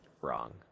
wrong